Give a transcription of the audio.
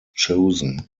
chosen